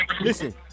Listen